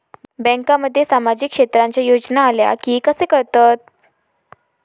बँकांमध्ये सामाजिक क्षेत्रांच्या योजना आल्या की कसे कळतत?